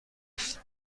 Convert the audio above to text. است